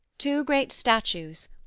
two great statues,